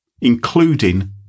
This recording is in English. including